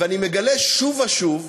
ואני מגלה שוב ושוב,